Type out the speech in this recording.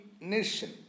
nation